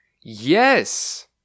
Yes